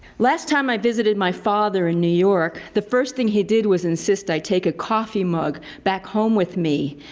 last time i visited my father in new york, the first thing he did was insist i take a coffee mug back home with me.